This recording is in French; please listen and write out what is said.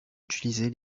utiliser